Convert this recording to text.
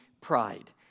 pride